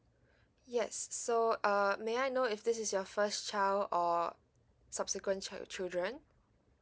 yes so uh may I know if this is your first child or subsequent child children